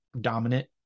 dominant